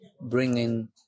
bringing